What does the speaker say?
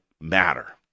matter